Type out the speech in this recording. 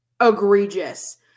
egregious